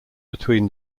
between